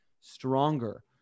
stronger